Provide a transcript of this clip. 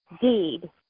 deed